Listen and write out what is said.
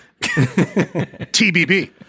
TBB